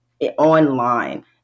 online